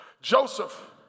Joseph